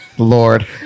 Lord